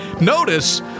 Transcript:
notice